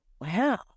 Wow